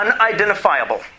unidentifiable